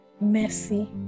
mercy